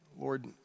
Lord